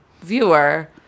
viewer